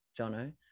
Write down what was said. Jono